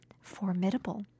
formidable